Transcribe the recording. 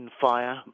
Fire